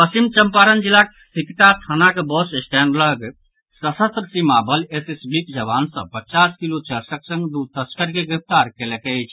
पश्चिम चंपारण जिलाक सिकटा थानाक bus stand लऽग सशस्त्र सीमा बल एसएसबीक जवान सभ पचास किलो चरसक संग दू तस्कर के गिरफ्तार कएलक अछि